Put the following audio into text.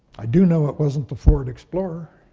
i do know it wasn't the ford explorer.